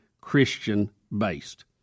Christian-based